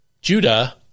Judah